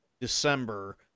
December